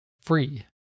free